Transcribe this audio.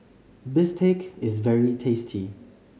Bistake is very tasty